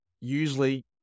usually